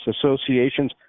association's